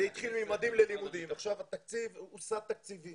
שהקורס --- זה מתקשר לנושא של מיצוי זכויות,